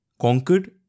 conquered